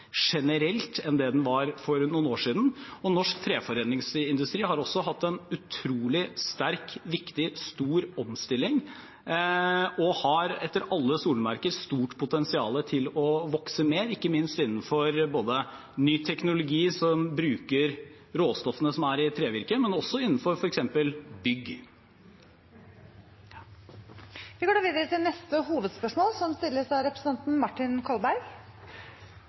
generelt enn det den var for noen år siden. Norsk treforedlingsindustri har også hatt en utrolig sterk, viktig og stor omstilling og har etter alle solemerker stort potensial til å vokse mer, ikke minst innenfor ny teknologi, som bruker råstoffene som er i trevirke, men også innenfor f.eks. bygg. Vi går videre til neste hovedspørsmål. Mitt spørsmål går til forsvarsministeren. Regjeringen har nå gjennomført en konkurranseutsetting av